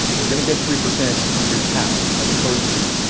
we're going to get three percent. here's how, as opposed to,